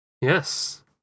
Yes